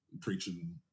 preaching